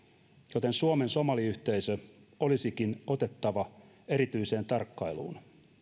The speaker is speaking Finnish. joten suomen somaliyhteisö olisikin otettava erityiseen tarkkailuun